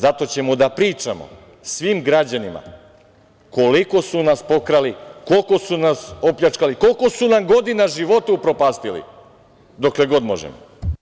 Zato ćemo da pričamo svim građanima koliko su nas pokrali, koliko su nas opljačkali, koliko su nam godina života upropastili, dokle god možemo.